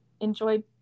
enjoy